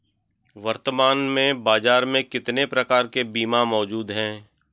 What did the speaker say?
वर्तमान में बाज़ार में कितने प्रकार के बीमा मौजूद हैं?